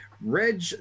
reg